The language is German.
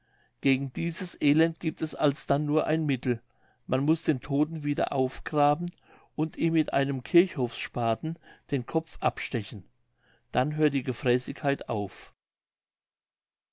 gegen dieses elend giebt es alsdann nur ein mittel man muß den todten wieder aufgraben und ihm mit einem kirchhofsspaten den kopf abstechen dann hört die gefräßigkeit auf